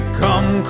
come